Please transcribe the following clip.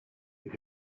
you